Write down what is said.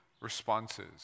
responses